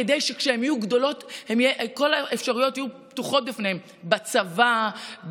כדי שכשהן יהיו גדולות כל האפשרויות יהיו פתוחות בפניהן: בצבא,